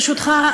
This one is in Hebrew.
ברשותך,